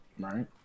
Right